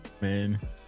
Man